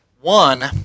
One